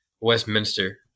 Westminster